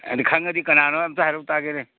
ꯑꯗꯨ ꯈꯪꯉꯗꯤ ꯀꯅꯥꯅꯣ ꯑꯝꯇ ꯍꯥꯏꯔꯛꯎ ꯇꯥꯒꯦꯅꯦ